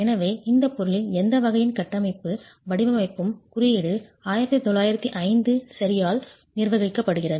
எனவே இந்த பொருளின் எந்த வகையின் கட்டமைப்பு வடிவமைப்பும் குறியீடு 1905 சரியால் நிர்வகிக்கப்படுகிறது